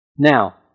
Now